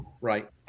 Right